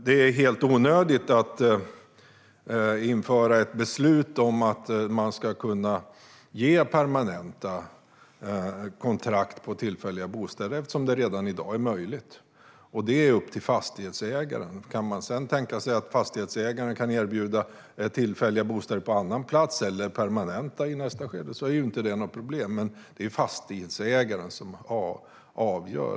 Det är helt onödigt att införa ett beslut om permanenta kontrakt på tillfälliga bostäder eftersom det redan i dag är möjligt. Det är upp till fastighetsägaren. Om fastighetsägaren kan erbjuda tillfälliga bostäder på annan plats eller permanenta bostäder i nästa skede är det inget problem, men det är fastighetsägaren som avgör.